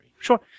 sure